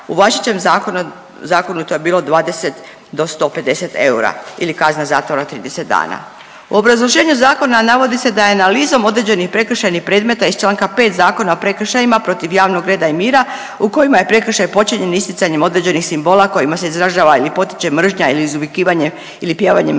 U važećem zakonu to je bilo 20 do 150 eura ili kazna zatvora 30 dana. U obrazloženju zakona navodi se da je analizom određenih prekršajnih predmeta iz Članka 5. Zakona o prekršajima protiv javnog reda i mira u kojima je prekršaj počinjen isticanjem određenih simbola kojima se izražava ili potiče mržnja ili izvikivanje ili pjevanjem navedenog